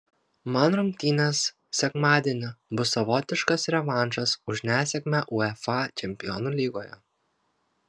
man rungtynės sekmadienį bus savotiškas revanšas už nesėkmę uefa čempionų lygoje